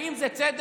האם זה צדק,